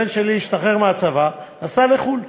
הרווחה והבריאות